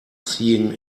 seeing